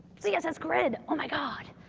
so, yes, that's grid. oh, my god.